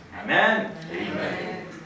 Amen